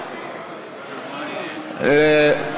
הרווחה והבריאות.